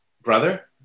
Brother